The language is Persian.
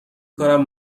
کنم